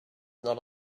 not